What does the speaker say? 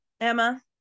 Emma